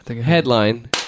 Headline